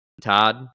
Todd